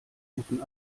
guten